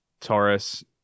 Taurus